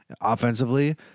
offensively